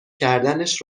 کردنش